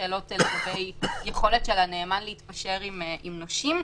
שאלות לגבי יכולת של הנאמן להתפשר עם נושים.